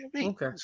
Okay